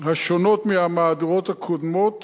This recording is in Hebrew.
השונות מהמהדורות הקודמות